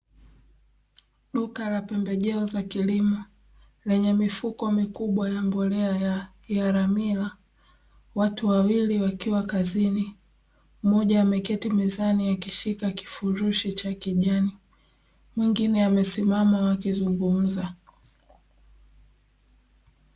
Duka la pembejeo za kilimo lenye mifuko mikubwa ya mbolea ya "ramila". Watu wawili wakiwa kazini, mmoja ameketi mezani akishika kifurushi cha kijani na mwingine amesimama wakizungumza.